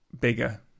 bigger